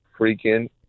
freaking